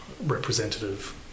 representative